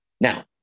now